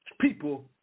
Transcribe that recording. people